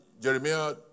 Jeremiah